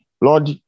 Lord